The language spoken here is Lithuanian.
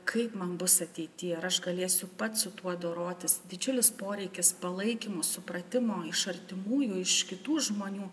kaip man bus ateity ar aš galėsiu pats su tuo dorotis didžiulis poreikis palaikymo supratimo iš artimųjų iš kitų žmonių